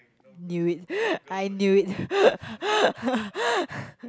knew it I knew it